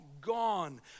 gone